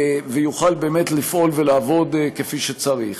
ויוכל באמת לפעול ולעבוד כפי שצריך.